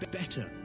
better